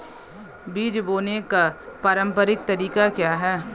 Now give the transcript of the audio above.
बीज बोने का पारंपरिक तरीका क्या है?